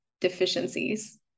deficiencies